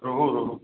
रोहू रोहू